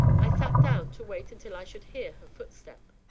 i sat down to wait until i should hear her footstep.